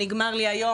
נגמר לי היום,